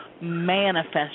manifest